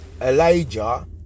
elijah